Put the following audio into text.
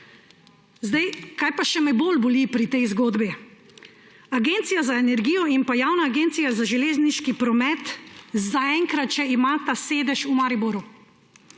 Zdaj, kaj pa še me bolj boli pri tej zgodbi? Agencija za energijo in pa Javna agencija za železniški promet zaenkrat še imata sedež v Mariboru.